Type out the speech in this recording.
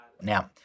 Now